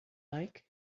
like